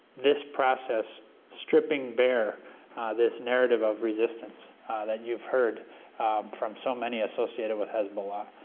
this process stripping bare this narrative of resistance that you've heard from so many associated with hezbollah.